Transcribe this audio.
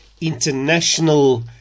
international